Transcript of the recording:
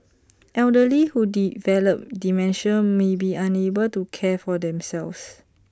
elderly who develop dementia may be unable to care for themselves